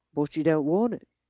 but you don't want it!